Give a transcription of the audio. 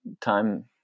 time